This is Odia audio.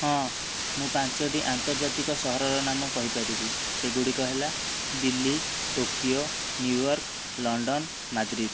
ହଁ ମୁଁ ପାଞ୍ଚୋଟି ଆନ୍ତର୍ଜାତିକ ସହରର ନାମ କହିପାରିବି ସେଗୁଡ଼ିକ ହେଲା Delhi Tokyo New York London Madrid